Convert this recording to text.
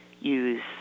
use